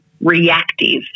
reactive